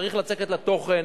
צריך לצקת לו תוכן.